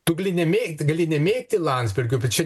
tu gali nemėgt gali nemėgti landsbergio bet čia